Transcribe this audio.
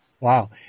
Wow